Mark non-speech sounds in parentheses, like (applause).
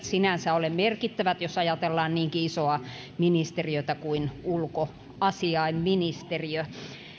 (unintelligible) sinänsä ole merkittävät jos ajatellaan niinkin isoa ministeriötä kuin ulkoasiainministeriö